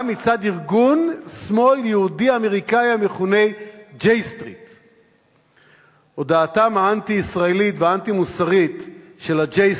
גם מצד ארגון שמאל יהודי-אמריקאי המכונהStreet J. הודעתם האנטי-ישראלית והאנטי-מוסרית של Street J,